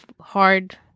hard